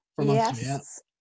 Yes